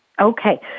Okay